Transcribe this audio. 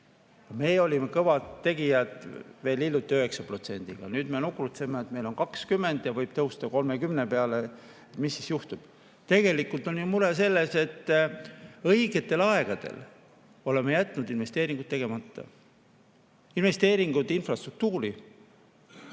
meie olime kõvad tegijad veel hiljuti 9%‑ga. Nüüd me nukrutseme, et meil on 20% ja võib tõusta 30% peale. Mis siis juhtub? Tegelikult on ju mure selles, et õigetel aegadel oleme jätnud investeeringud tegemata, [ühelt poolt] investeeringud infrastruktuuri